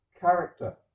character